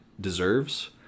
deserves